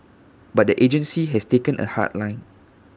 but the agency has taken A hard line